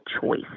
choice